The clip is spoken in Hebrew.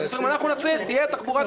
רק הוא לא קיבל תשובה.